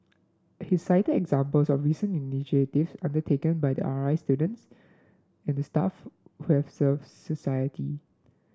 he cited examples of recent initiative undertaken by the R I students and staff served society